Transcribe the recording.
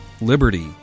Liberty